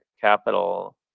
capital